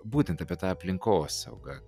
būtent apie tą aplinkosaugą